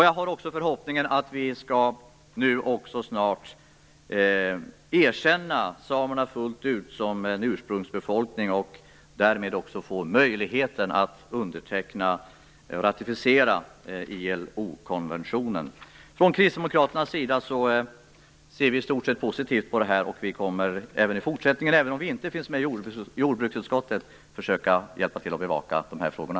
Jag har också förhoppningen att vi nu snart skall erkänna samerna fullt ut som en ursprungsbefolkning och därmed också få möjlighet att ratificera ILO Från Kristdemokraternas sida ser vi i stort sett positivt på det här. Vi kommer också i fortsättningen, även om vi inte finns med i jordbruksutskottet, att försöka hjälpa till att bevaka de här frågorna.